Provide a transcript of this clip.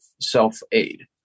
self-aid